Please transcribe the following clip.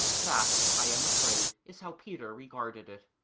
that, i am afraid, is how peter regarded it.